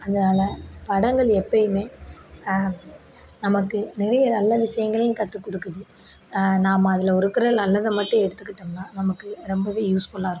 அதனால் படங்கள் எப்பயுமே நமக்கு நிறைய நல்ல விஷயங்களையும் கற்றுக் கொடுக்குது நாம் அதில் இருக்கிற நல்லதை மட்டும் எடுத்துக்கிட்டோம்னா நமக்கு ரொம்ப யூஸ்ஃபுல்லாக இருக்கும்